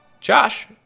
Josh